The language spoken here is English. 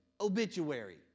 obituary